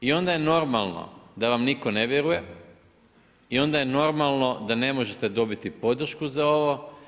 I onda je normalno da vam nitko ne vjeruje i onda je normalno da ne možete dobiti podršku za ovo.